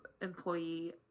employee